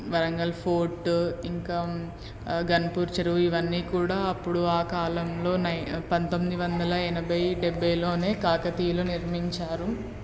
Warangal fort ఇంకా ఘన్పూర్ చెరువు ఇవన్నీ కూడా అప్పుడు ఆ కాలంలోనే పంతొమ్మిది వందల ఎనభై డెభైలోనే కాకతీయుల నిర్మించారు